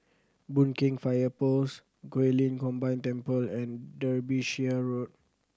Boon Keng Fire Post Guilin Combined Temple and Derbyshire Road